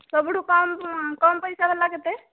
ସବୁଠୁ କମ୍ କମ୍ ପଇସା ବାଲା କେତେ